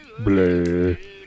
bleh